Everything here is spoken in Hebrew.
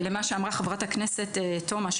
מה שאמרה חברת הכנסת תומא,